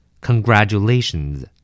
Congratulations